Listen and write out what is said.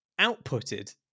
outputted